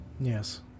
Yes